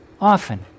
often